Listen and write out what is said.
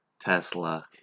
Tesla